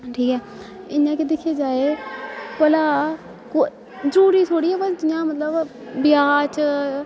हून ठीक ऐ इ'यां गै दिक्खेआ जाए भला को जरूरी थोह्ड़ी ऐ भाई जि'यां मतलब ब्याह् च